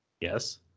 Yes